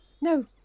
No